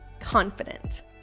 confident